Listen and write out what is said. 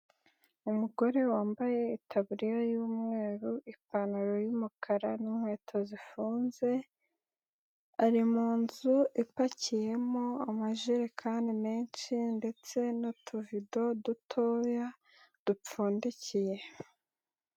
Umugore wambaye itaburiya y'umweru, ipantaro y'umukara n'inkweto zifunze, ari mu nzu ipakiyemo amajerekani menshi ndetse n'utuvido dutoya dupfundikiye.